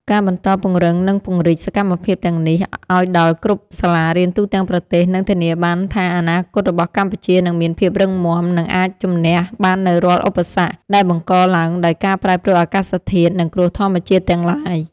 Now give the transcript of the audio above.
ការបន្តពង្រឹង និងពង្រីកសកម្មភាពទាំងនេះឱ្យដល់គ្រប់សាលារៀនទូទាំងប្រទេស នឹងធានាបានថាអនាគតរបស់កម្ពុជានឹងមានភាពរឹងមាំ និងអាចជម្នះបាននូវរាល់ឧបសគ្គដែលបង្កឡើងដោយការប្រែប្រួលអាកាសធាតុ និងគ្រោះធម្មជាតិទាំងឡាយ។